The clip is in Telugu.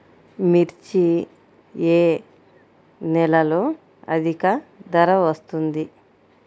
మిర్చి ఏ నెలలో అధిక ధర వస్తుంది?